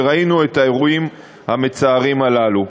וראינו את האירועים המצערים הללו.